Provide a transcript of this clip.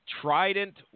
Trident